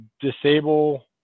disable